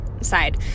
side